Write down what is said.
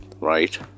right